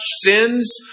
sins